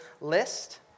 list